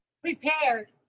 prepared